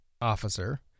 officer-